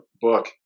book